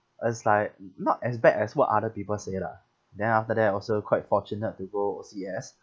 it's like not as bad as what other people say lah then after that also quite fortunate to go O_C_S